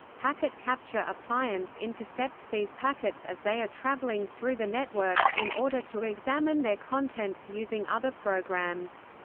packet capture appliance intercepts these packets as they are traveling through the network, in order to examine their contents using other programs.